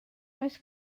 oes